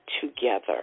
together